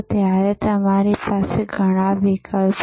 ત્યારે તમારી પાસે ઘણા વિકલ્પ છે